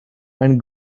and